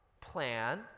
plan